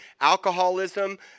alcoholism